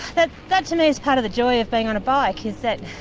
that that to me is part of the joy of being on a bike, is that